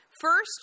First